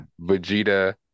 Vegeta